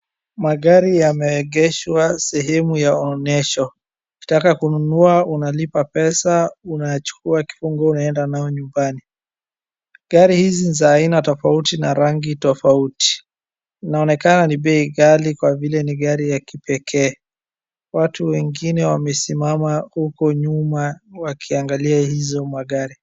Magari yameegeshwa sehemu ya onesho. Ukitaka kununua unalipa pesa unachukua kifunguo unaenda nayo nyumbani. Gari hizi ni za aina tofauti na rangi tofauti. Inaonekana ni bei ghali kwa vile ni gari ya kipekee. Watu wengine wamesimama huko nyuma wakiangalia hizo magari.